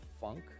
funk